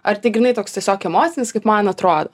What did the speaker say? ar tik grynai toks tiesiog emocinis kaip man atrodo